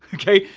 okay,